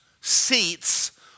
seats